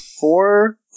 four